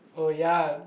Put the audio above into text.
oh ya